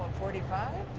forty five.